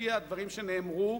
לפי הדברים שנאמרו,